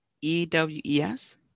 E-W-E-S